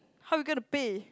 how we gonna pay